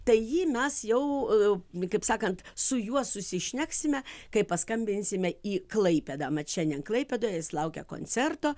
tai jį mes jau kaip sakant su juo susišneksime kai paskambinsime į klaipėdą mat šiandien klaipėdoje jis laukia koncerto